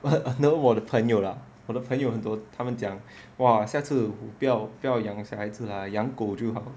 我的朋友啦我的朋友很多他们讲哇下次不要不要养小孩子啦养狗就好:wo de peng you la wo de peng you hen duo ta men jiang wa xia bu yao bu yao yang xiao hai zi la yang gou jiu hao